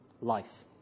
life